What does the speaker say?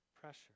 Pressure